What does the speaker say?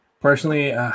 personally